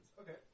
Okay